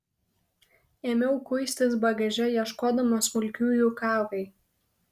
ėmiau kuistis bagaže ieškodama smulkiųjų kavai